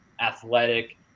athletic